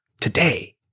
Today